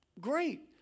Great